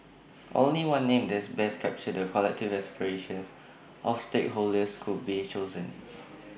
only one name that best captures the collective aspirations of our stakeholders could be chosen